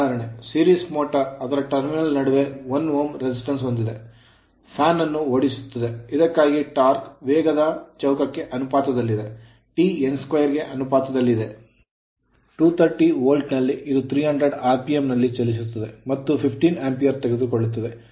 Series motor ಸರಣಿ motor ಅದರ terminal terminal ನಡುವೆ 1Ω resistance ಪ್ರತಿರೋಧವನ್ನು ಹೊಂದಿದೆ fan ಫ್ಯಾನ್ ಅನ್ನು ಓಡಿಸುತ್ತದೆ ಇದಕ್ಕಾಗಿ torque ಟಾರ್ಕ್ ವೇಗದ square ಚೌಕಕ್ಕೆ ಅನುಪಾತದಲ್ಲಿದೆ ಅಂದರೆ T n2 ಗೆ ಅನುಪಾತದಲ್ಲಿದೆ 230 ವೋಲ್ಟ್ ನಲ್ಲಿ ಇದು 300 rpm ಆರ್ಪಿಎಂ ನಲ್ಲಿ ಚಲಿಸುತ್ತದೆ ಮತ್ತು 15 Ampere ಆಂಪಿಯರ್ ತೆಗೆದುಕೊಳ್ಳುತ್ತದೆ